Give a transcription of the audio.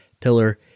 pillar